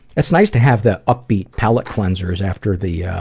it's nice to have the upbeat palate cleansers after the yeah